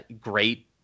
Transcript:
great